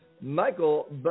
Michael